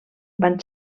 van